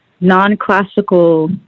non-classical